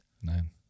Nein